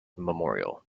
memorial